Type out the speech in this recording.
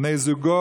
בני הזוג?